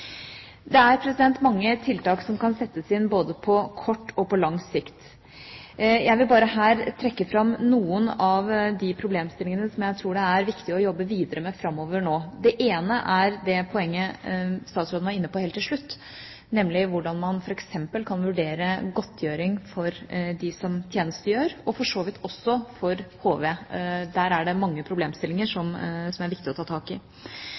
Det er mange tiltak som kan settes inn både på kort og på lang sikt. Jeg vil her trekke fram noen av de problemstillingene som jeg tror det er viktig å jobbe videre med framover nå. Det ene er det poenget som statsråden var inne på helt til slutt, nemlig hvordan man f.eks. kan vurdere godtgjøring for dem som tjenestegjør, og for så vidt også for HV – der er det mange problemstillinger som er viktige å ta tak i.